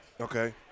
Okay